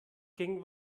ging